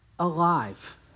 alive